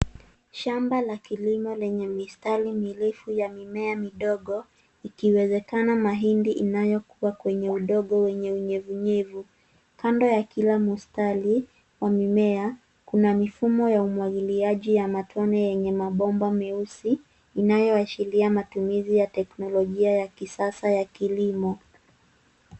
Shamba la kilimo lenye mistari mirefu ya mimea midogo ikiwezekana mahindi inayokuwa kwenye udongo wenye unyevunyevu. Kando ya kila mstari wa mimea, kuna mifumo ya umwagiliaji ya matone yenye maboma meusi inayoashira matumizi ya teknolojia ya kisasa ya kilimo.